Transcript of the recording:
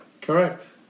Correct